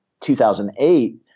2008